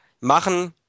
machen